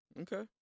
Okay